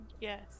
Yes